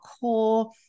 core